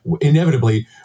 inevitably